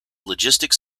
logistics